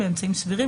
באמצעים סבירים,